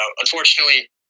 unfortunately